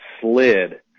slid